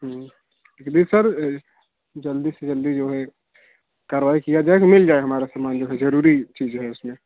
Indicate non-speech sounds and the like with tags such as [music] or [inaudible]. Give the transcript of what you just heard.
जी sir जल्दी से जल्दी जो है कारवाही की जाए [unintelligible] मिल जाए हमारा सामान जो है जरूरी चीजें है उसमें